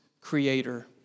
Creator